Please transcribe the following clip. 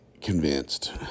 convinced